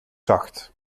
zacht